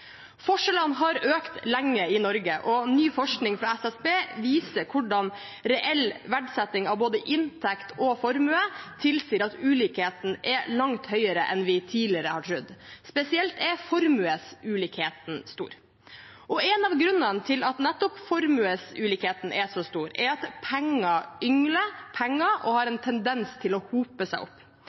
Forskjellene har økt lenge i Norge, og ny forskning fra SSB viser hvordan reell verdsetting av både inntekt og formue tilsier at ulikhetene er langt større enn vi tidligere har trodd. Spesielt er formuesulikheten stor. En av grunnene til at nettopp formuesulikheten er så stor, er at penger yngler penger og har en tendens til å hope seg opp.